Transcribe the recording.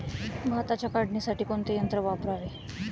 भाताच्या काढणीसाठी कोणते यंत्र वापरावे?